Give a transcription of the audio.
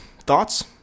Thoughts